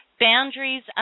Boundaries